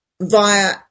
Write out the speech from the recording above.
via